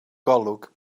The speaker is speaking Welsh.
golwg